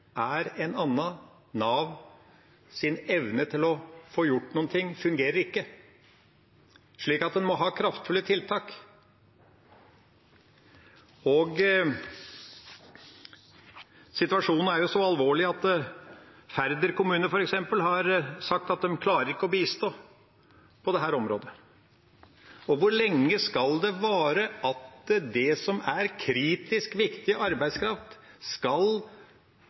er en annen. Navs evne til å få gjort noe fungerer ikke. Så en må ha kraftfulle tiltak. Situasjonen er så alvorlig at Færder kommune, f.eks., har sagt at de ikke klarer å bistå på dette området. Hvor lenge skal det vare at kritisk viktig arbeidskraft skal